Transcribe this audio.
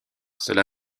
cela